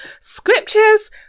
scriptures